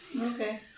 Okay